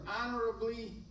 honorably